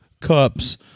cups